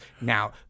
Now